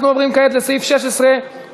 אנחנו עוברים כעת לסעיף 16 בסדר-היום: